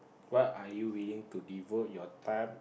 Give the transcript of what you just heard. what are you willing to devote your time